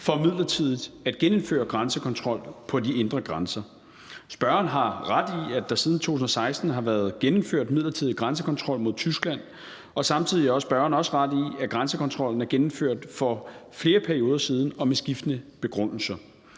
for midlertidigt at genindføre grænsekontrol på de indre grænser. Spørgeren har ret i, at der siden 2016 har været gennemført midlertidig grænsekontrol mod Tyskland, og samtidig har spørgeren også ret i, at grænsekontrollen er gennemført for flere perioder siden og med skiftende begrundelser.